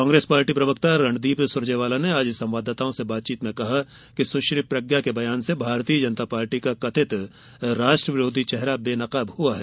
Congress party प्रवक्ता रणदीप सुरजेवाला ने आज संवाददाताओं से बातचीत में कहा कि सुश्री प्रज्ञा के बयान से भारतीय जनता पार्टी का कथित राष्ट्रविरोधी चेहरा बेनकाब हुआ है